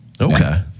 Okay